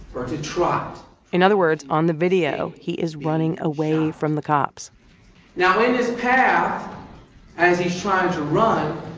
or to trot in other words, on the video, he is running away from the cops now, in his path as he's trying to run,